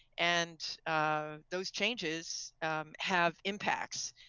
and those changes have impacts.